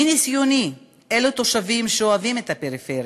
מניסיוני, אלו תושבים שאוהבים את הפריפריה,